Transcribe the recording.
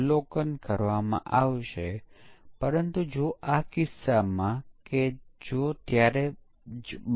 smoke પરીક્ષણ નું નામ પાઇપ ટેસ્ટિંગ પરથી આવે છે જ્યાં તેઓ પાઇપમાં પાણી નાખતા પહેલા તપાસ કરવા માટે સ્મોકનો ઉપયોગ કરે છે અને વેરિફિકેશન કરે છે કે સ્મોક બહાર નીકળતી નથી